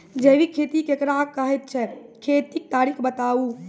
जैबिक खेती केकरा कहैत छै, खेतीक तरीका बताऊ?